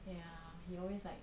ya he always like